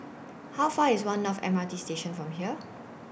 How Far IS one North M R T Station from here